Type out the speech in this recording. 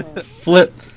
Flip